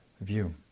view